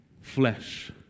flesh